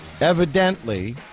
Evidently